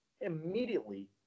immediately